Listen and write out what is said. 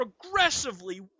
progressively